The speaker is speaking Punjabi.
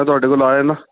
ਤੁਹਾਡੇ ਕੋਲ ਆ ਜਾਂਦਾ